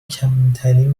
کمترین